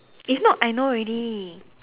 if not I know already